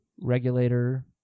regulator